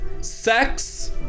sex